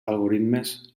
algoritmes